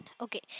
Okay